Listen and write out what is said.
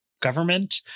government